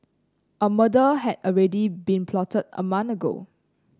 a murder had already been plotted a month ago